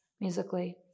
musically